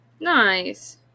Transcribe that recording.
Nice